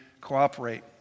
cooperate